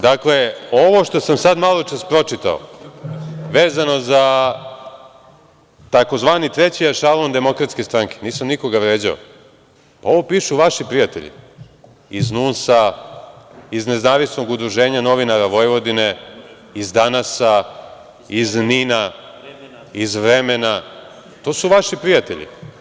Dakle, ovo što sam sada maločas pročitao vezano za tzv. treći ešalon DS, nisam nikoga vređao, ovo pišu vaši prijatelji iz NUNS-a, iz Nezavisnog udruženja novinara Vojvodine, iz „Danasa“, iz NIN-a, iz „Vremena“, to su vaši prijatelji.